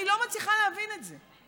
אני לא מצליחה להבין את זה.